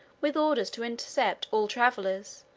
with orders to intercept all travelers,